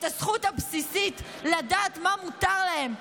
את הזכות הבסיסית לדעת מה מותר להן,